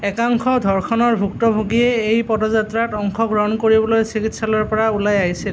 একাংশ ধৰ্ষণৰ ভুক্তভোগীয়ে এই পদযাত্ৰাত অংশগ্ৰহণ কৰিবলৈ চিকিৎসালয়ৰ পৰা ওলাই আহিছিল